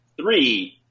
Three